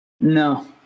No